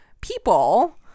people